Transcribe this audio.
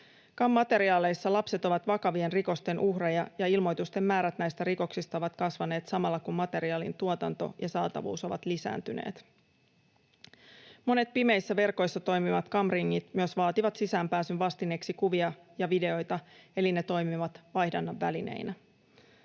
CAM-materiaaleissa lapset ovat vakavien rikosten uhreja, ja ilmoitusten määrät näistä rikoksista ovat kasvaneet samalla kun materiaalin tuotanto ja saatavuus ovat lisääntyneet. Monet pimeissä verkoissa toimivat CAM-ringit myös vaativat sisäänpääsyn vastineeksi kuvia ja videoita, eli ne toimivat vaihdannan välineinä.